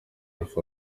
alpha